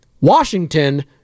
Washington